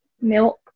milk